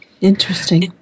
Interesting